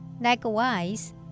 Likewise